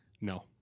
No